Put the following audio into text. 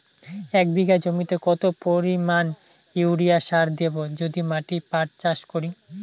এক বিঘা জমিতে কত পরিমান ইউরিয়া সার দেব যদি আমি পাট চাষ করি?